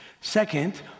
Second